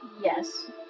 Yes